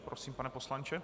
Prosím, pane poslanče.